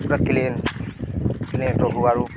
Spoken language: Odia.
ପୁରା କ୍ଲିନ୍ କ୍ଲିନ୍ ରହୁୁ ଆାରୁ